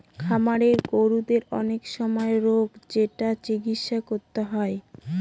খামারের গরুদের অনেক সময় রোগ হয় যেটার চিকিৎসা করতে হয়